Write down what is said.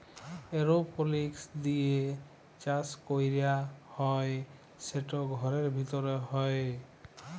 এরওপলিক্স দিঁয়ে চাষ ক্যরা হ্যয় সেট ঘরের ভিতরে হ্যয়